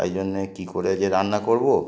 তাই জন্যে কী করে যে রান্না করবো